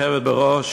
הצעה לסדר-היום מס'